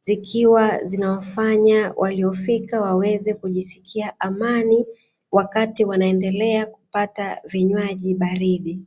zikiwa zinawafanya waliofika waweze kujisikia amani, wakati wanaendelea kupata vinywaji baridi.